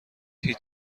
هیچ